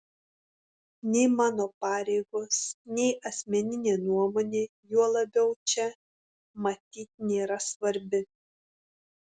nei mano pareigos nei asmeninė nuomonė juo labiau čia matyt nėra svarbi